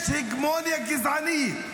יש הגמוניה גזענית.